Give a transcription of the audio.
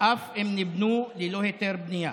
אף אם ניבנו ללא היתר בנייה.